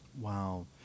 Wow